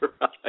right